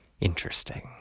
interesting